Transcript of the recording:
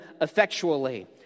effectually